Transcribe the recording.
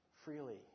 Freely